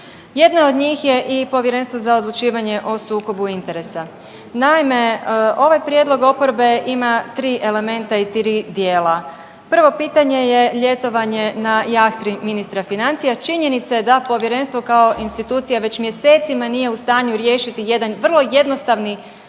Jedna od njih je i Povjerenstvo za odlučivanje o sukobu interesa. Naime, ovaj prijedlog oporbe ima 3 elementa i 3 dijela. Prvo pitanje je ljetovanje na jahti ministra financija? Činjenica je da povjerenstvo kao institucija već mjesecima nije u stanju riješiti jedan vrlo jednostavno